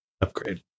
upgrade